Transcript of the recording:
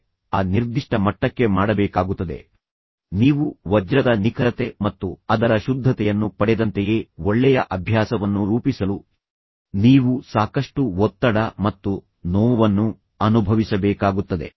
ಆದ್ದರಿಂದ ಅವರು ಅದನ್ನು ಆ ನಿರ್ದಿಷ್ಟ ಮಟ್ಟಕ್ಕೆ ಮಾಡಬೇಕಾಗುತ್ತದೆ ನೀವು ವಜ್ರದ ನಿಖರತೆ ಮತ್ತು ಅದರ ಶುದ್ಧತೆಯನ್ನು ಪಡೆದಂತೆಯೇ ಒಳ್ಳೆಯ ಅಭ್ಯಾಸವನ್ನು ರೂಪಿಸಲು ನೀವು ಸಾಕಷ್ಟು ಒತ್ತಡ ಮತ್ತು ನೋವನ್ನು ಅನುಭವಿಸಬೇಕಾಗುತ್ತದೆ